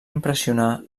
impressionar